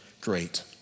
great